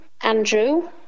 Andrew